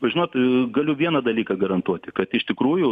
žinot galiu vieną dalyką garantuoti kad iš tikrųjų